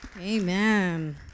Amen